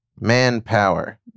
Manpower